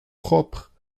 propre